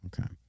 Okay